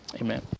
amen